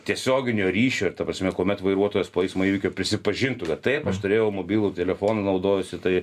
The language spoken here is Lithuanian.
tiesioginio ryšio ir ta prasme kuomet vairuotojas po eismo įvykio prisipažintų kad taip aš turėjau mobilų telefoną naudojausi tai